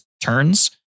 turns